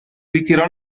ritirò